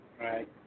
Right